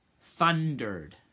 thundered